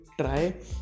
try